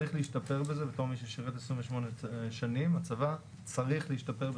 בתור מי ששירת 28 שנים, הצבא צריך להשתפר בזה.